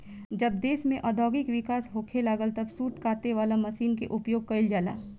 जब देश में औद्योगिक विकास होखे लागल तब सूत काटे वाला मशीन के उपयोग गईल जाला